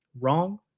wrong